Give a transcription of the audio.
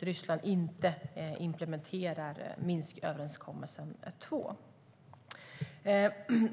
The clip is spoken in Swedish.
Ryssland inte implementerar den andra Minsköverenskommelsen.